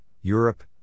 Europe